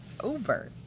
Over